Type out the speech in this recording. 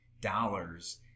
dollars